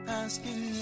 asking